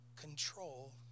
control